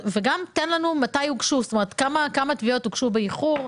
וגם, מתי הוגשו, כמה תביעות הוגשו באיחור.